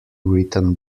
written